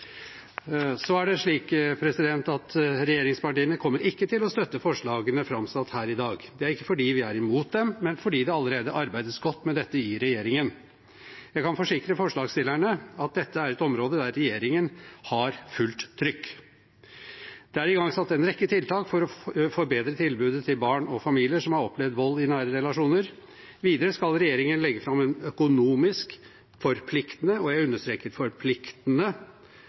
Regjeringspartiene kommer ikke til å støtte forslagene som er framsatt her i dag. Det er ikke fordi vi er imot dem, men fordi det allerede arbeides godt med dette i regjeringen. Jeg kan forsikre forslagsstillerne om at dette er et område der regjeringen har fullt trykk. Det er igangsatt en rekke tiltak for å forbedre tilbudet til barn og familier som har opplevd vold i nære relasjoner. Videre skal regjeringen legge fram en økonomisk forpliktende – og jeg understreker forpliktende